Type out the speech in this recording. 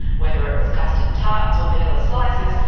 whether it was custard tarts or vanilla slices,